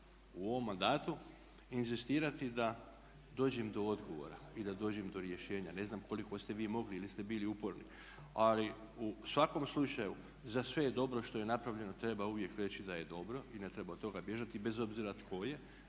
u ovom mandatu inzistirati da dođem do odgovora i da dođem do rješenja. Ne znam koliko ste vi mogli ili ste bili uporni, ali u svakom slučaju za sve je dobro što je napravljeno treba uvijek reći da je dobro i ne treba od toga bježati bez obzira tko je.